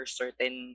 certain